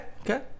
okay